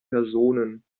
personen